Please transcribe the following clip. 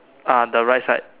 ah the right side